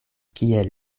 kiel